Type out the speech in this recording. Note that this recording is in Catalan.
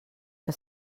que